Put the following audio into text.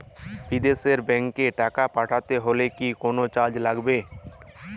বিদেশের ব্যাংক এ টাকা পাঠাতে হলে কি কোনো চার্জ লাগবে?